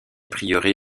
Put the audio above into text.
prieuré